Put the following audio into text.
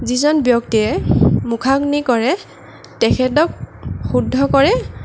যিজন ব্যক্তিয়ে মুখাগ্নি কৰে তেখেতক শুদ্ধ কৰে